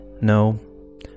No